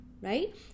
right